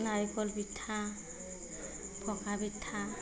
নাৰিকল পিঠা পকা পিঠা